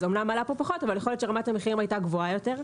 זה אומנם עלה פה פחות אבל יכול להיות שרמת המחירים הייתה גבוהה יותר.